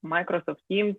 microsoft teams